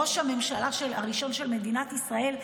ראש הממשלה הראשון של מדינת ישראל.